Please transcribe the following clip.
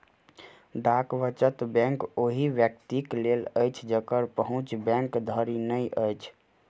डाक वचत बैंक ओहि व्यक्तिक लेल अछि जकर पहुँच बैंक धरि नै अछि